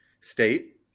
state